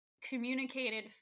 communicated